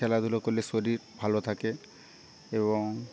খেলাধুলো করলে শরীর ভাল থাকে এবং